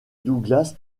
douglas